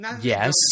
Yes